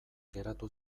geratu